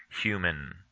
human